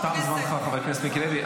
קודם כול, תם זמנך, חבר הכנסת מיקי לוי.